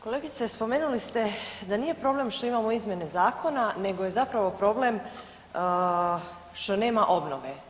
Kolegice, spomenuli ste da nije problem što imamo izmjene Zakona, nego je zapravo problem što nema obnove.